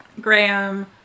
graham